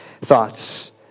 thoughts